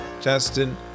Justin